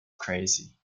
crazy